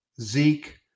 Zeke